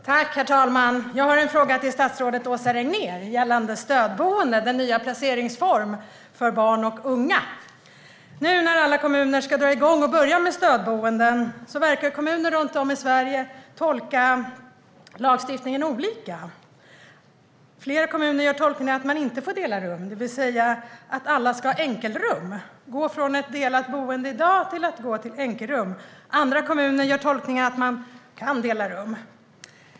Herr talman! Jag har en fråga till statsrådet Åsa Regnér gällande stödboende, den nya placeringsformen för barn och unga. Nu när alla kommuner runt om i Sverige ska börja med stödboenden verkar lagstiftningen tolkas olika. Flera kommuner gör tolkningen att man inte får dela rum, det vill säga att alla ska ha enkelrum i stället för dagens delade boende. Andra kommuner gör tolkningen att man kan dela rum.